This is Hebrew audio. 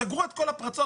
סגרו את כל הפרצות,